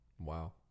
wow